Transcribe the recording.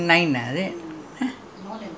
now it changes lah after how many years